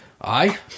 Aye